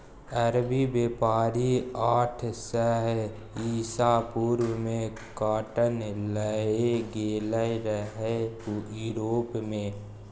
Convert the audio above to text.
अरबी बेपारी आठ सय इसा पूर्व मे काँटन लए गेलै रहय युरोप मे